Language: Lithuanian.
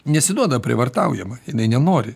nesiduoda prievartaujama jinai nenori